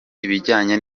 ibijyanye